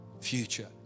future